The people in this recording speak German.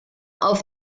auf